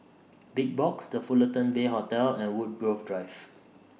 Big Box The Fullerton Bay Hotel and Woodgrove Drive